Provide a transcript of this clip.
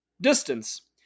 distance